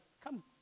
come